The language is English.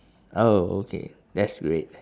oh okay that's great